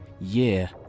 year